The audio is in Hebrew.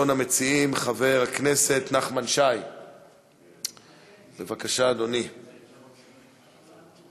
הצעות מס' 6196, 6211, 6219,